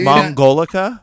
Mongolica